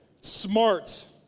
smart